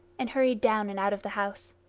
and hurried down and out of the house.